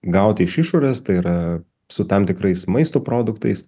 gauti iš išorės tai yra su tam tikrais maisto produktais